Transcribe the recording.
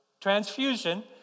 transfusion